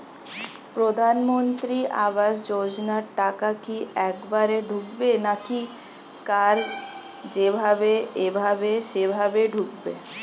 প্রধানমন্ত্রী আবাস যোজনার টাকা কি একবারে ঢুকবে নাকি কার যেভাবে এভাবে সেভাবে ঢুকবে?